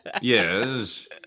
yes